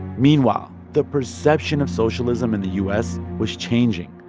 meanwhile, the perception of socialism in the u s. was changing.